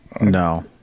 No